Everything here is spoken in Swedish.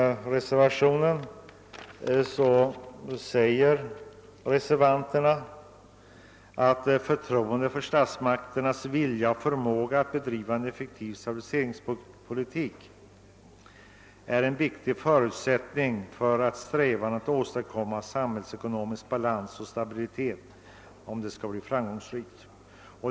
Reservanterna säger bl.a. följande: »Förtroende för statsmakternas vilja och förmåga att bedriva en effektiv stabiliseringspolitik är ——— en viktig förutsättning för att strävandena att åstadkomma samhällsekonomisk balans och stabilitet skall bli framgångsrika.